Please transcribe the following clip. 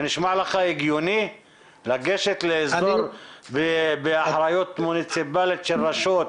זה נשמע לך הגיוני לגשת לאזור באחריות מוניציפאלית של רשות,